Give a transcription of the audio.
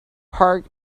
park